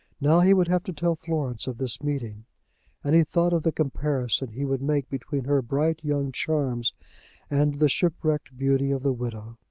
now he would have to tell florence of this meeting and he thought of the comparison he would make between her bright young charms and the shipwrecked beauty of the widow.